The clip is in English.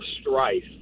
strife